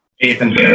Ethan